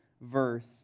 verse